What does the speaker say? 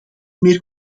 meer